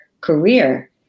career